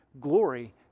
glory